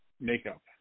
makeup